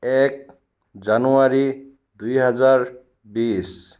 এক জানুৱাৰী দুই হাজাৰ বিছ